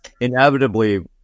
inevitably